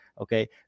okay